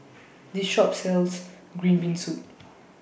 This Shop sells Green Bean Soup